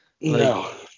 No